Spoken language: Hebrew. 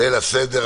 ליל הסדר,